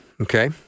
Okay